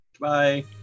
bye